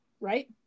right